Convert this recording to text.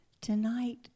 Tonight